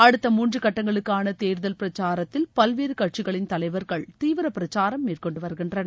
அடுத்த மூன்று கட்டங்களுக்கான தோதல் பிரச்சாரத்தில் பல்வேறு கட்சிகளின் தலைவா்கள் தீவிர பிரச்சாரம் மேற்கொண்டு வருகின்றனர்